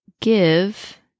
give